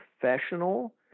professional